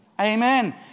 Amen